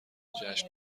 جشن